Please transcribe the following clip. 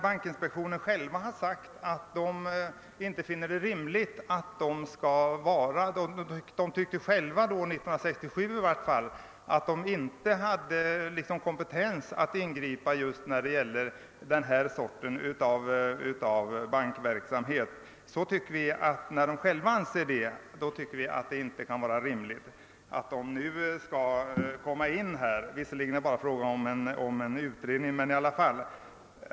Bankinspektionen tyckte själv i vart fall år 1967, att den inte hade kompetens att övervaka den sorts bankverksamhet som Investeringsbanken bedriver. När inspektionen själv anser detta tycker vi inte det kan vara rimligt att den skall komma in här, även om det bara gäller en utredning.